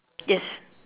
yes